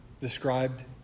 described